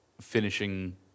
finishing